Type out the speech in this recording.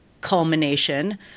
culmination